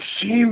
seems